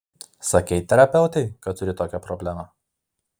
sakei terapeutei kad turi tokią problemą